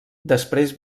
després